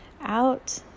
out